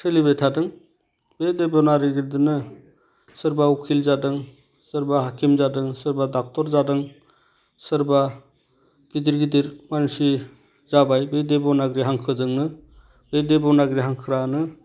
सोलिबाय थाथों बे देब'नागिरिजोंनो सोरबा उकिल जादों सोरबा हाखिम जादों सोरबा डक्टर जादों सोरबा गिदिर गिदिर मानसि जाबाय बे देब'नागिरि हांखोजोंनो बे देब'नागिरि हांखोआनो